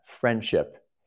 friendship